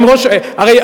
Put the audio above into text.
הרי,